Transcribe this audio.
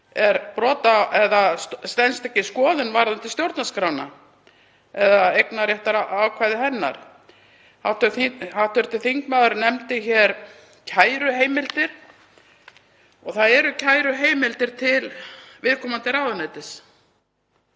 fram hér sem stenst ekki skoðun varðandi stjórnarskrána eða eignarréttarákvæði hennar. Hv. þingmaður nefndi kæruheimildir og það eru kæruheimildir til viðkomandi ráðuneytis.